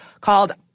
called